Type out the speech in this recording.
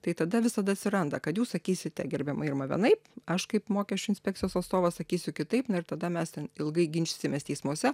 tai tada visada atsiranda kad jūs sakysite gerbiama irma vienaip aš kaip mokesčių inspekcijos atstovas sakysiu kitaip na ir tada mes ten ilgai ginčysimės teismuose